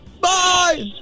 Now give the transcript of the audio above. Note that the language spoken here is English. Bye